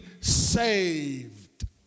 saved